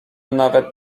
nawet